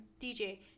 DJ